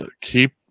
keep